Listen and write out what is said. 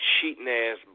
cheating-ass